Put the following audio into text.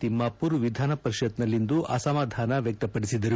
ತಿಮ್ಮಾಪುರ್ ವಿಧಾನಪರಿಷತ್ತಿನಲ್ಲಿಂದು ಅಸಮಾಧಾನ ವ್ಯಕ್ತಪಡಿಸಿದರು